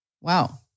Wow